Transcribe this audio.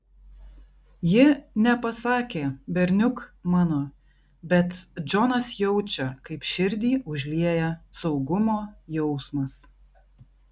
ji nepasakė berniuk mano bet džonas jaučia kaip širdį užlieja saugumo jausmas